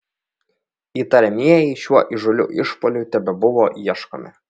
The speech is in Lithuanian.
įtariamieji šiuo įžūliu išpuoliu tebebuvo ieškomi